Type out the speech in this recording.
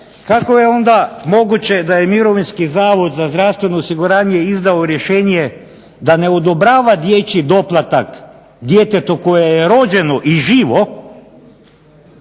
kako je onda moguće da je Mirovinski zavod za zdravstveno osiguranje izdao rješenje da ne odobrava dječji doplatak djetetu koje je rođeno i živo,